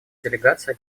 делегация